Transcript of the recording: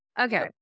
Okay